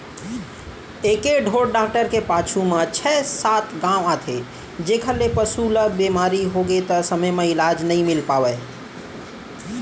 एके ढोर डॉक्टर के पाछू म छै सात गॉंव आथे जेकर ले पसु ल बेमारी होगे त समे म इलाज नइ मिल पावय